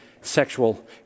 sexual